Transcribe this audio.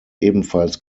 ebenfalls